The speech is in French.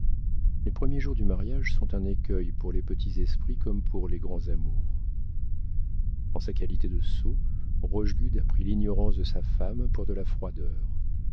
les premiers jours du mariage sont un écueil pour les petits esprits comme pour les grands amours en sa qualité de sot rochegude a pris l'ignorance de sa femme pour de la froideur